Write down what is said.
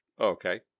Okay